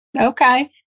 Okay